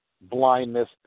blindness